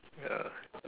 ya